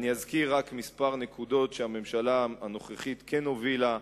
רק כמה נקודות שהממשלה הנוכחית כן הובילה.